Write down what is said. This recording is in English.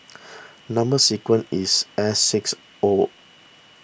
Number Sequence is S six O